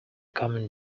coming